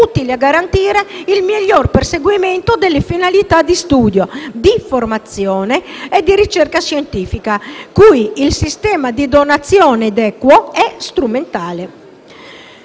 utili a garantire il migliore perseguimento delle finalità di studio, di formazione e di ricerca scientifica cui il sistema di donazione *de quo* è strumentale.